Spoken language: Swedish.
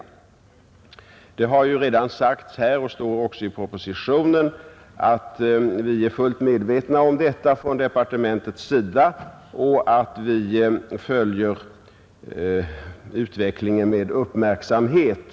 Det har ju redan sagts här, och det står också i propositionen, att vi är fullt medvetna om detta från departementets sida och att vi följer utvecklingen med uppmärksamhet.